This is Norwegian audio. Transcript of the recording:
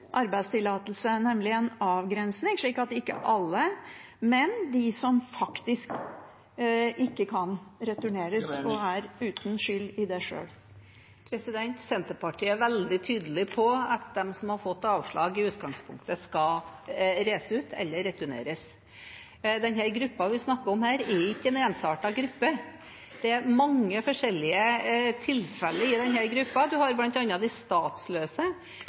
arbeidstillatelse, nemlig en avgrensning, slik at det ikke gjelder alle, men de som faktisk ikke kan returneres, og som er uten skyld i det sjøl. Tida er ute. Senterpartiet er veldig tydelig på at de som har fått avslag, i utgangspunktet skal reise ut eller returneres. Den gruppen vi snakker om her, er ikke en ensartet gruppe. Det er mange forskjellige tilfeller i denne gruppen. Man har bl.a. de statsløse,